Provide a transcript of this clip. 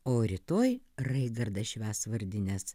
o rytoj raigardas švęs vardines